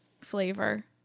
flavor